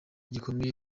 gikomeye